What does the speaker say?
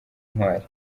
intwali